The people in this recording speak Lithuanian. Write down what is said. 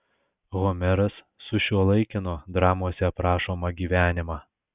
homeras sušiuolaikino dramose aprašomą gyvenimą